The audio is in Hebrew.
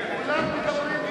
מה זה פה?